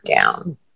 down